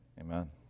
Amen